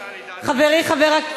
חברי חבר הכנסת?